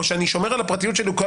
או שאני שומר על הפרטיות שלי.